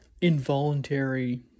involuntary